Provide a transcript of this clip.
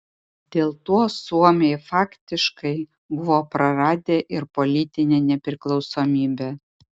dėl to suomiai faktiškai buvo praradę ir politinę nepriklausomybę